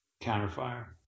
counterfire